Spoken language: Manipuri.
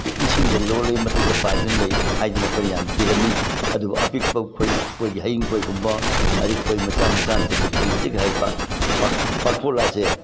ꯏꯁꯤꯡꯗ ꯂꯣꯠꯂꯦ ꯃꯊꯛꯇ ꯄꯥꯏꯗꯅ ꯂꯩ ꯍꯥꯏꯗꯅ ꯑꯩꯈꯣꯏꯅ ꯌꯥꯝ ꯀꯤꯔꯝꯃꯤ ꯑꯗꯨꯕꯨ ꯑꯄꯤꯛꯄ ꯑꯩꯈꯣꯏꯒꯤ ꯍꯌꯤꯡ ꯈꯣꯏꯒꯨꯝꯕ ꯑꯗꯒꯤ ꯈꯣꯏ ꯃꯆꯥ ꯃꯆꯥꯅ ꯆꯤꯛꯄꯁꯤꯗꯤ ꯍꯧꯖꯤꯛ ꯍꯥꯏꯔꯤꯕ ꯄꯥꯡꯈꯣꯛ ꯂꯥꯁꯦ